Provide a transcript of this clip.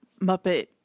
muppet